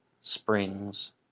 Springs